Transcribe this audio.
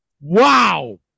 Wow